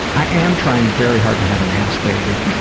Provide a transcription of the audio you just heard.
i am trying very hard to have an ass baby,